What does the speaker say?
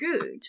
good